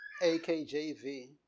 AKJV